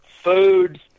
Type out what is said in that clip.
food